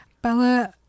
Bella